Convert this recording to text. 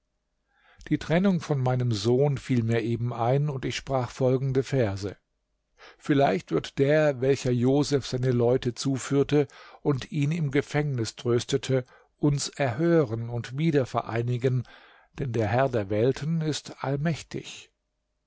die trennung von meinem sohn fiel mir eben ein und ich sprach folgende verse vielleicht wird der welcher joseph seine leute zuführte und ihn im gefängnis tröstete uns erhören und wieder vereinigen denn der herr der welten ist allmächtig